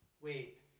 Wait